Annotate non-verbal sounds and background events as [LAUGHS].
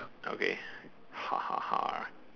okay [LAUGHS]